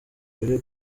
ruri